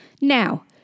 Now